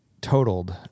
totaled